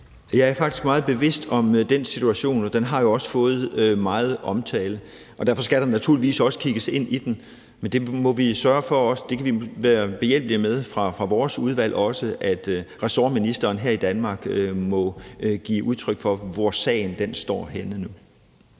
Jeg er faktisk meget bevidst om den situation, og den har jo også fået meget omtale, og derfor skal der naturligvis også kigges ind i den. Men det må vi sørge for også at være behjælpelige med i vores udvalg, og ressortministeren her i Danmark må også give udtryk for, hvor sagen står henne nu.